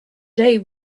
day